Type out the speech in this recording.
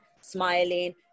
smiling